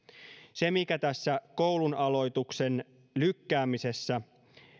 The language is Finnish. se mikä tässä koulun aloituksen lykkäämisessä